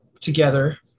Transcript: together